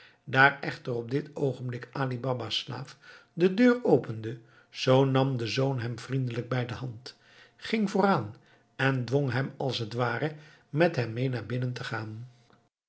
daar echter op dit oogenblik ali baba's slaaf de deur opende zoo nam de zoon hem vriendelijk bij de hand ging vooraan en dwong hem als t ware met hem mee naar binnen te gaan